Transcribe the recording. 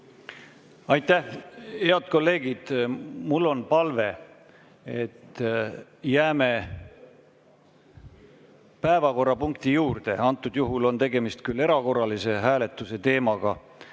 Aitäh! Head kolleegid, mul on palve, et jääme päevakorrapunkti juurde. Praegusel juhul on küll tegemist erakorralise hääletuse teemaga.